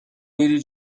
میری